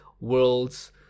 worlds